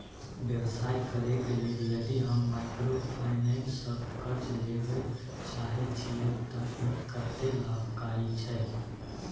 व्यवसाय करे के लेल यदि हम माइक्रोफाइनेंस स कर्ज लेबे चाहे छिये त इ कत्ते लाभकारी छै?